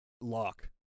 lock